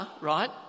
right